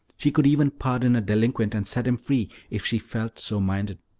she could even pardon a delinquent and set him free if she felt so minded,